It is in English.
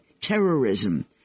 terrorism